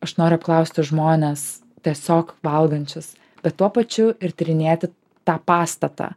aš noriu apklausti žmones tiesiog valgančius bet tuo pačiu ir tyrinėti tą pastatą